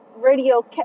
radio